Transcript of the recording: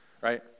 right